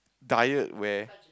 diet where